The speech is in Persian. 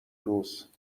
روز